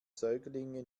säuglinge